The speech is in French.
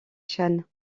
shane